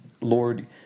Lord